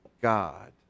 god